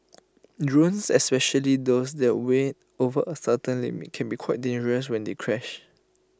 drones especially those that weigh over A certain limit can be quite dangerous when they crash